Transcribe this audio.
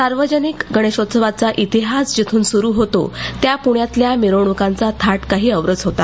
सार्वजनिक गणेशोत्सवाचा इतिहास जिथून सुरू होतो त्या प्ण्यातल्या मिरवणुकांचा थाट काही औरच होता